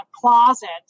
closet